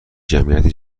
جمعیت